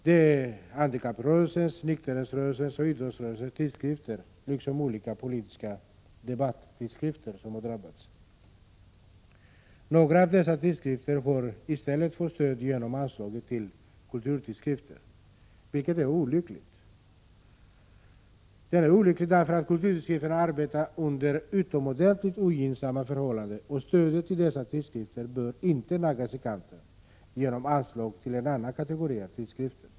Det är handikapprörelsens, nykterhetsrörelsens och idrottsrörelsens tidskrifter liksom olika politiska debattidskrifter som har drabbats. Några av dessa tidskrifter har i stället fått stöd genom anslaget till kulturtidskrifter, vilket är olyckligt. Kulturtidskrifterna arbetar under utomordentligt ogynnsamma förhållanden, och stödet till dem bör inte naggas i kanten genom anslag till en annan kategori av tidskrifter.